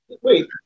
wait